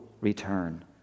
return